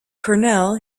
cornell